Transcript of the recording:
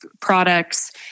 products